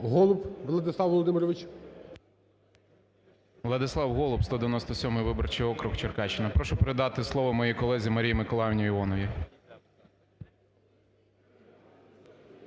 Голуб Владислав Володимирович. 11:24:29 ГОЛУБ В.В. Владислав Голуб, 197 виборчий округ, Черкащина. Прошу передати слово моїй колезі Марії Миколаївні Іоновій.